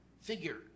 figure